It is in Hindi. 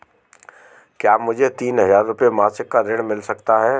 क्या मुझे तीन हज़ार रूपये मासिक का ऋण मिल सकता है?